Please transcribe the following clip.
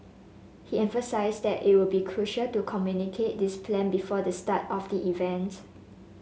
he emphasised that it would be crucial to communicate this plan before the start of the event